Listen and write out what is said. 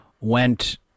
Went